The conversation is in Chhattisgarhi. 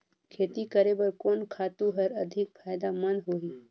खेती करे बर कोन खातु हर अधिक फायदामंद होही?